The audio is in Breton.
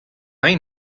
rin